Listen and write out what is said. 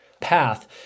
path